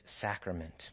sacrament